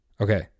Okay